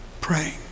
praying